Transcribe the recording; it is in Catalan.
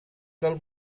del